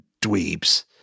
dweebs